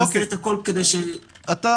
נעשה את הכול כדי ש --- אוקיי, אתה